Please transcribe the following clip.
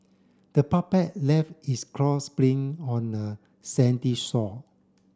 the puppet left its craws spring on the sandy shore